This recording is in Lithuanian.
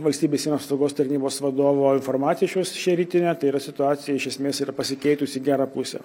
valstybės sienos apsaugos tarnybos vadovo informaciją šios šią rytinę tai yra situacija iš esmės yra pasikeitus į gerą pusę